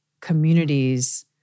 communities